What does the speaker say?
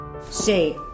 Say